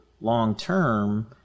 long-term